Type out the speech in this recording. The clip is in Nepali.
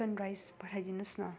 चिकन राइस पठाइ दिनुहोस्